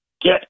get